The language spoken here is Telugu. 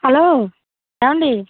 హలో ఏమండి